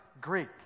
Greek